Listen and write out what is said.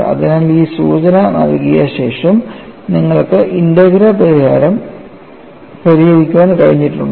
അതിനാൽ ഈ സൂചന നൽകിയ ശേഷം നിങ്ങൾക്ക് ഇന്റഗ്രൽ പരിഹരിക്കാൻ കഴിഞ്ഞിട്ടുണ്ടോ